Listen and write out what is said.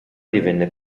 divenne